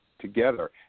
together